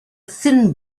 thin